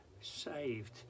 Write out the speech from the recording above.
saved